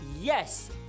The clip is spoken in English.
Yes